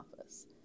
office